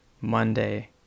Monday